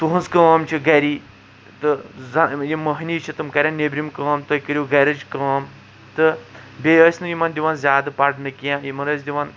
تُہنٛز کٲم چھٕ گری تہٕ زانٛہہ یم موہنی چھٕ تِم کران نیبرِم کٲم تُہۍ کٔرِو گرِچ کٲم تہٕ بیٚیہِ ٲسۍ نہٕ یِمَن دِوان زیادٕ پَرنہٕ کیٚنٛہہ یِمن ٲسۍ دَوان